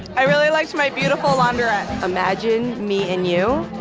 i really liked my beautiful laundrette. imagine me and you.